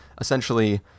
essentially